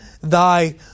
thy